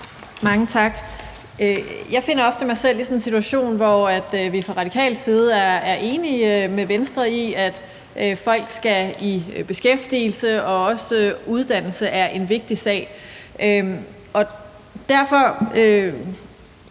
Mange tak. Jeg finder ofte mig selv i sådan en situation, hvor vi fra radikal side er enige med Venstre i, at folk skal i beskæftigelse, og at også uddannelse er en vigtig sag.